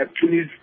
please